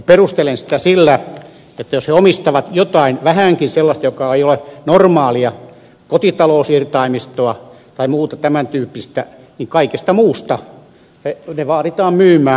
perustelen sitä sillä että jos he omistavat jotain vähänkin sellaista joka ei ole normaalia kotitalousirtaimistoa tai muuta tämän tyyppistä kaikkea muuta niin ne vaaditaan myymään